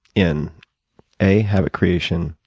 in a habit creation,